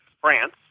France